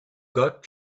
got